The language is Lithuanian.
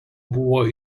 buvo